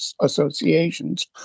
associations